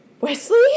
Wesley